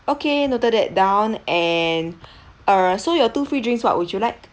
okay noted that down and err so your two free drinks what would you like